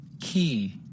Key